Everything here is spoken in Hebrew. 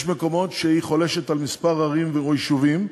יש מקומות שבהם היא חולשת על כמה ערים או יישובים,